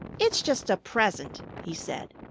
it's just a present, he said.